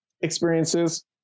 experiences